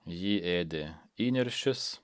jį ėdė įniršis